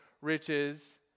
riches